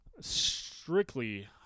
strictly